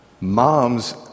moms